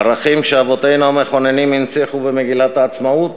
ערכים שאבותינו המכוננים הנציחו במגילת העצמאות.